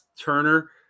Turner